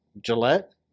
Gillette